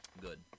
Good